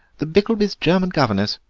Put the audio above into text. the bickelbys' german governess.